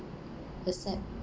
accept